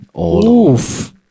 Oof